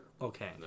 okay